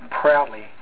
proudly